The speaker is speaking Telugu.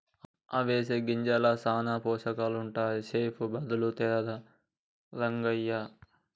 అవిసె గింజల్ల సానా పోషకాలుంటాయని సెప్పె బదులు తేరాదా రంగయ్య